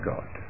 God